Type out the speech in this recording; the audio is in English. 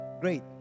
Great